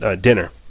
dinner